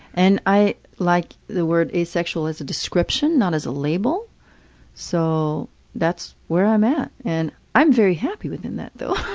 and i like the word asexual as a description, not as a label so that's where i'm at. and i'm very happy within that, though.